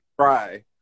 try